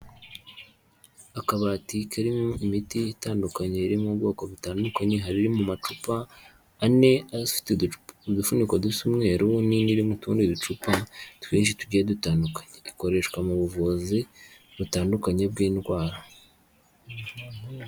Akabati karimo imiti itandukanye mu bwoko butandukanye hari amacupa ane afitete udufuniko dusa umweru nini nrimoutundi ducupa twinshi tugiye dutandukanye dukoreshwa mu buvuzi butandukanye bw'indwara.